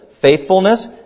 faithfulness